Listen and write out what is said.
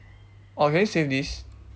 oh can you save this